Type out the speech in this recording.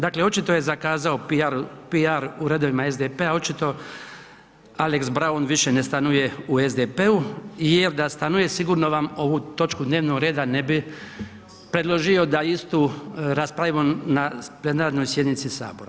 Dakle, očito je zakazao PR u redovima SDP-a očito Alex Braun više ne stanuje u SDP-u jer da stanuje sigurno vam ovu točku dnevnog reda ne bi predložio da istu raspravimo na plenarnoj sjednici sabor.